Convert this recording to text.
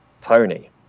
Tony